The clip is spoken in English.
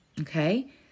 Okay